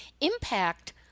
impact